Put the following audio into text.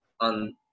on